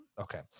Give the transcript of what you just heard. okay